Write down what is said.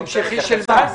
המשכי של מה?